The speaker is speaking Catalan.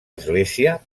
església